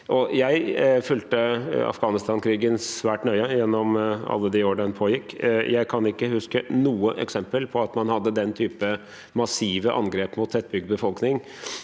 Jeg fulgte Afghanistan-krigen svært nøye gjennom alle de år den pågikk. Jeg kan ikke huske noe eksempel på at man hadde den type massive angrep mot tettbygd befolkning,